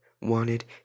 wanted